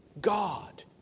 God